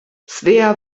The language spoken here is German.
svea